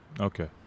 Okay